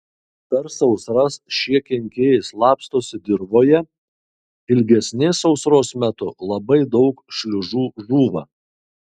per sausras šie kenkėjai slapstosi dirvoje ilgesnės sausros metu labai daug šliužų žūva